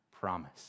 promise